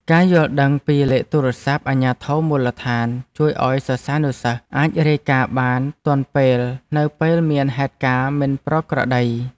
ការយល់ដឹងពីលេខទូរស័ព្ទអាជ្ញាធរមូលដ្ឋានជួយឱ្យសិស្សានុសិស្សអាចរាយការណ៍បានទាន់ពេលនៅពេលមានហេតុការណ៍មិនប្រក្រតី។